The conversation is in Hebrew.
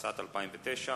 התשס"ט 2009,